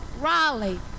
Raleigh